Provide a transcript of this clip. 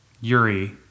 Yuri